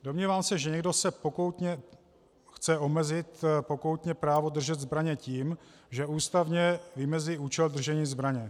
Domnívám se, že někdo pokoutně chce omezit právo držet zbraně tím, že ústavně vymezí účel držení zbraně.